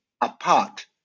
apart